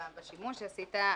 בשימוש שעשית,